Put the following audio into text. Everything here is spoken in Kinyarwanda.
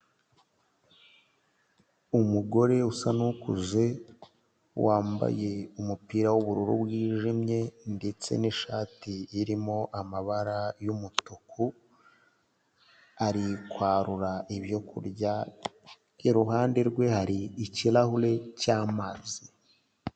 Umugore usa n'ukuze, wambaye umupira w'ubururu wijimye ndetse n'ishati irimo amabara y'umutuku, ari kwarura ibyo kurya, iruhande rwe hari ikirahure cy'amazi.